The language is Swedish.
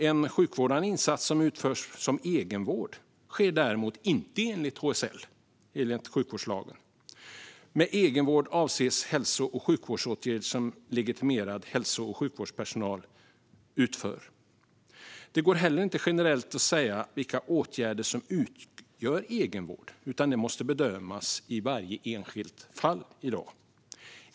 En sjukvårdande insats som utförs som egenvård sker däremot inte enligt HSL. Med egenvård avses en hälso och sjukvårdsåtgärd som legitimerad hälso och sjukvårdspersonal utför. Det går inte att generellt säga vilka åtgärder som utgör egenvård, utan det måste bedömas i varje enskilt fall.